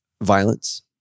violence